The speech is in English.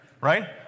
right